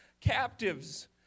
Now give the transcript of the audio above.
captives